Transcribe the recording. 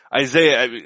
Isaiah